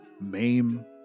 Mame